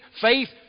faith